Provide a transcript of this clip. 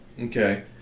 okay